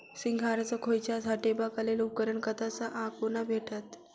सिंघाड़ा सऽ खोइंचा हटेबाक लेल उपकरण कतह सऽ आ कोना भेटत?